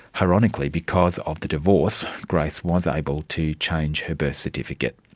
ironically, because of the divorce, grace was able to change her birth certificate.